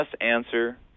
answer